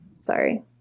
sorry